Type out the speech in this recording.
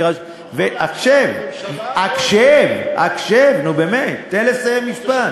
ממשלה או, הקשב, הקשב, נו באמת, תן לסיים משפט.